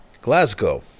Glasgow